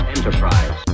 Enterprise